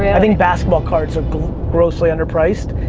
i think basketball cards are grossly under-priced,